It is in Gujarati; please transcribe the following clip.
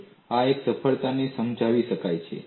અને આ સરળતાથી સમજાવી શકાય છે